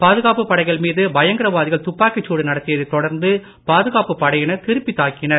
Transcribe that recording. பாதுகாப்பு படைகள் மீது பயங்கரவாதிகள் துப்பாக்கிச் சூடு நடத்தியதை தொடர்ந்து பாதுகாப்பு படையினர் திருப்பி தாக்கினர்